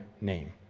name